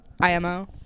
IMO